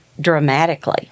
dramatically